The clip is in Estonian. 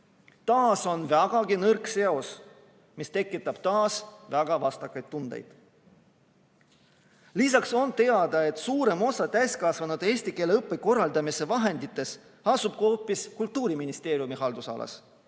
Taas on vägagi nõrk seos, mis tekitab vastakaid tundeid. Lisaks on teada, et suurem osa täiskasvanute eesti keele õppe korraldamise vahenditest on hoopis Kultuuriministeeriumi haldusalas: